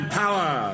power